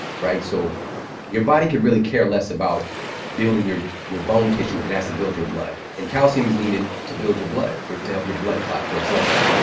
right? so your body could really care less about building your your bone tissue if it has to build your blood and calcium is needed to build your blood, to help your blood clot for example.